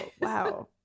Wow